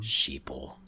Sheeple